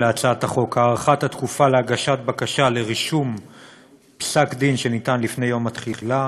(הארכת התקופה להגשת בקשה לרישום פסק-דין שניתן לפני יום התחילה),